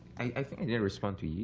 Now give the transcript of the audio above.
i think i didn't respond to yee